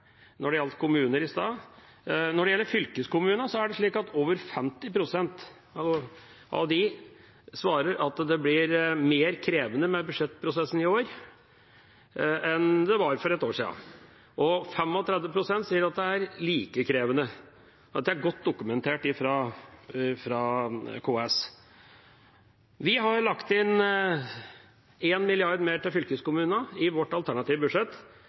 gjaldt kommuner. Når det gjelder fylkeskommunene, er det slik at over 50 pst. av dem svarer at det blir mer krevende med budsjettprosessen i år enn det var for et år siden. 35 pst. sier at det er like krevende. Dette er godt dokumentert av KS. Vi har lagt inn 1 mrd. kr mer til fylkeskommunene i vårt alternative budsjett.